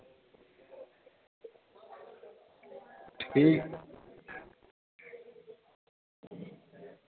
ठीक